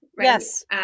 Yes